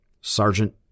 Sergeant